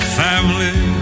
family